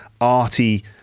arty